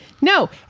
No